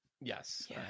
Yes